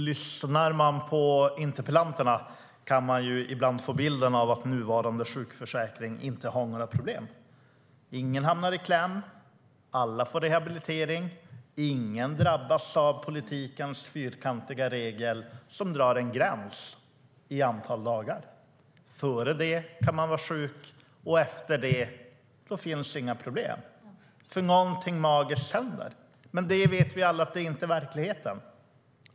Lyssnar man på interpellanterna kan man ibland få bilden av att nuvarande sjukförsäkring inte har några problem - ingen hamnar i kläm, alla får rehabilitering, ingen drabbas av politikens fyrkantiga regel som drar en gräns i antal dagar, som betyder att före det kan man vara sjuk och efter det finns inga problem, för någonting magiskt händer. Men vi vet alla att det inte är verkligheten.